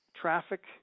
traffic